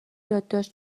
یادداشت